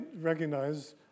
recognize